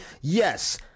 yes